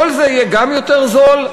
כל זה יהיה גם יותר זול,